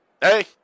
Hey